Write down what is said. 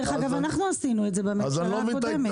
דרך אגב, אנחנו עשינו את זה בממשלה הקודמת.